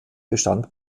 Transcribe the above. bestand